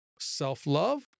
self-love